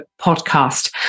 podcast